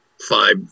five